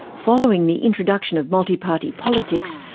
following the introduction of multiparty politics,